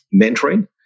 mentoring